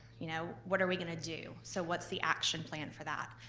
you know what are we gonna do? so what's the action plan for that?